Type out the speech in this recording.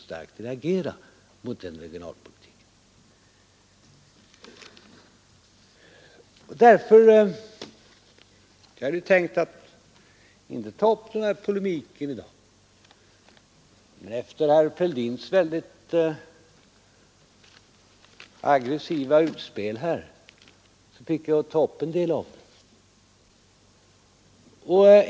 Jag hade inte tänkt ta upp denna polemik i dag, men efter herr Fälldins aggressiva utspel måste jag göra det.